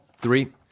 Three